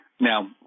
Now